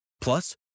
Plus